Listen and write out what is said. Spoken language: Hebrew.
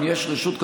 אם יש רשות כזאת,